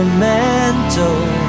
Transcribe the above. mantle